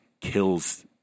kills